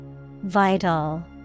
Vital